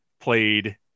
played